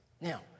Now